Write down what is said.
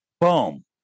Boom